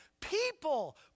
people